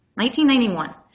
1991